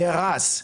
נהרס,